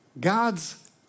God's